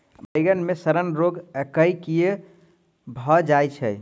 बइगन मे सड़न रोग केँ कीए भऽ जाय छै?